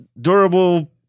durable